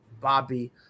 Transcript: Bobby